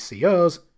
COs